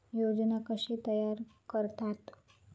योजना कशे तयार करतात?